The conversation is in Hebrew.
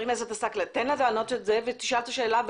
אנחנו